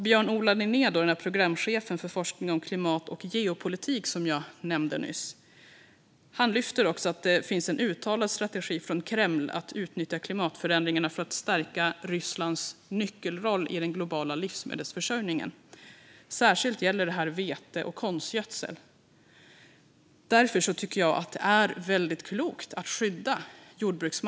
Björn-Ola Linnér, programchefen för forskning om klimat och geopolitik som jag nämnde nyss, lyfter fram att det finns en uttalad strategi från Kreml att utnyttja klimatförändringarna för att stärka Rysslands nyckelroll i den globala livsmedelsförsörjningen. Det gäller särskilt vete och konstgödsel. Därför tycker jag att det är klokt att skydda jordbruksmark.